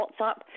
WhatsApp